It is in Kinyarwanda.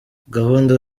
gahunda